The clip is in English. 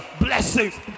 blessings